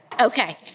Okay